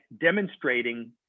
demonstrating